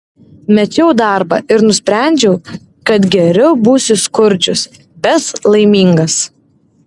mečiau darbą ir nusprendžiau kad geriau būsiu skurdžius bet laimingas